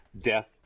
death